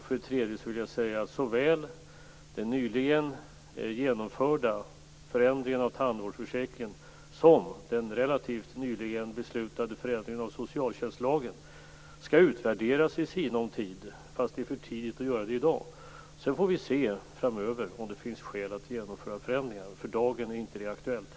För det tredje skall såväl den nyligen genomförda förändringen av tandvårdsförsäkringen som den relativt nyligen beslutade förändringen av socialtjänstlagen utvärderas inom sinom tid. Det är för tidigt att göra det i dag. Sedan får vi se framöver om det finns skäl att genomföra förändringar. För dagen är det inte aktuellt.